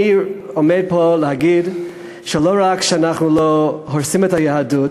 אני עומד פה להגיד שלא רק שאנחנו לא הורסים את היהדות,